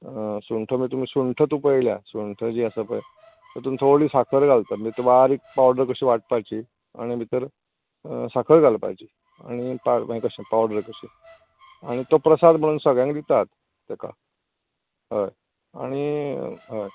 सुंठ म्हणजे सुंठ तूं पयला सुंठ जी आसा पय तातूंत थोडी साखर घालतात मागीर ती बारीक पावडर कशी वाटपाची आनी भितर साखर घालपाची आनी तो प्रसाद म्हणून सगळ्यांक दितात हय आनी हय